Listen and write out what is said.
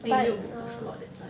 pay you per slot that type